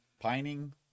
pining